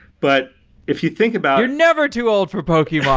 but if you think about you're never too old for pokemon.